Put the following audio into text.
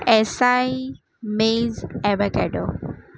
si maze avocado